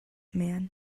man